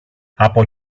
από